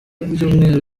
ibyumweru